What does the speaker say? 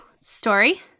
story